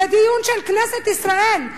זה דיון של כנסת ישראל.